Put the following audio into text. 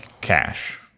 cash